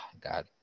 God